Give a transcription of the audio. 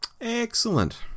Excellent